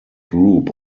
group